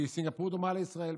כי סינגפור דומה לישראל.